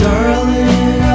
Darling